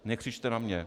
Nekřičte na mě.